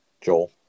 Joel